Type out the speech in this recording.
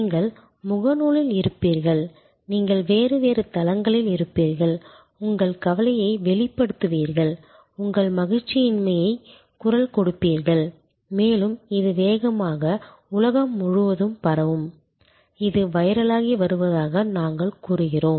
நீங்கள் முகநூலில் இருப்பீர்கள் நீங்கள் வேறு வேறு தளங்களில் இருப்பீர்கள் உங்கள் கவலையை வெளிப்படுத்துவீர்கள் உங்கள் மகிழ்ச்சியின்மையைக் குரல் கொடுப்பீர்கள் மேலும் இது வேகமாக உலகம் முழுவதும் பரவும் இது வைரலாகி வருவதாக நாங்கள் கூறுகிறோம்